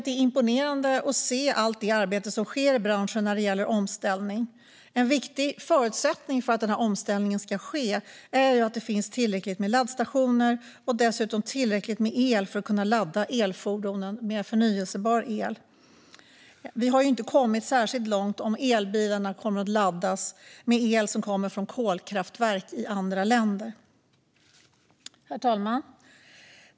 Det är imponerande att se allt det arbete som sker i branschen när det gäller omställning. En viktig förutsättning för att den omställningen ska ske är att det finns tillräckligt med laddstationer och dessutom tillräckligt med förnybar el för att kunna ladda elfordonen. Vi har inte kommit särskilt långt om elbilarna kommer att laddas med el som kommer från kolkraftverk i andra länder. Herr talman!